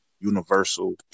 universal